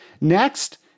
Next